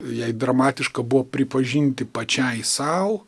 aei dramatiška buvo pripažinti pačiai sau